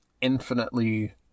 infinitely